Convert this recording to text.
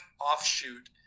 offshoot